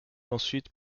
ensuite